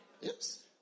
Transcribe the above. Yes